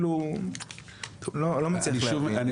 אני לא מצליח להבין.